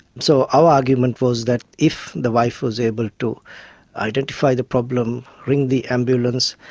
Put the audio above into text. so our argument was that if the wife was able to identify the problem, ring the ambulance,